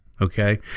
Okay